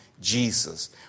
Jesus